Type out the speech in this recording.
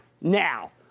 now